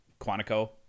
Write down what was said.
Quantico